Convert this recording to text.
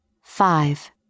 Five